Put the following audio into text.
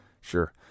Sure